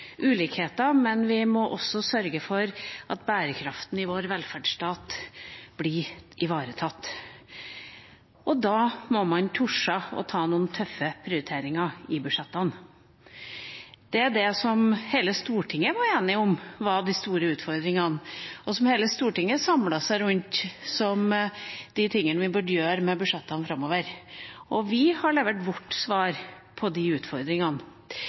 ulikheter, men vi må også sørge for at bærekraften i vår velferdsstat blir ivaretatt. Da må man tore å ta noen tøffe prioriteringer i budsjettene. Det er det som hele Stortinget var enig om at var de store utfordringene, og som hele Stortinget samlet seg rundt som de tingene vi burde gjøre med budsjettene framover, og vi har levert vårt svar på de utfordringene.